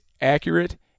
accurate